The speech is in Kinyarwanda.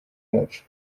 yacu